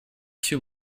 too